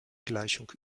gleichung